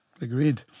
agreed